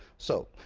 so,